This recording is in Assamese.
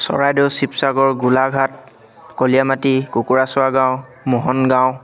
চৰাইদেউ শিৱসাগৰ গোলাঘাট কলিয়ামাটি কুকুৰাচোৱাগাঁও মোহনগাঁও